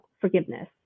forgiveness